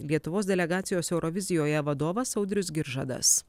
lietuvos delegacijos eurovizijoje vadovas audrius giržadas